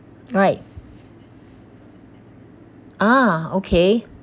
right ah okay